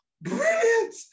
brilliant